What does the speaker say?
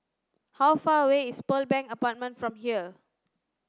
how far away is Pearl Bank Apartment from here